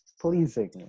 pleasing